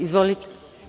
Izvolite.